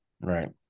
Right